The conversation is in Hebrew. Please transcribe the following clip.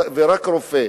אלא רק רופא.